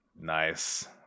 Nice